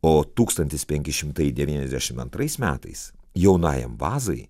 o tūkstantis penki šimtai devyniasdešim antrais metais jaunajam vazai